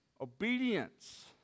Obedience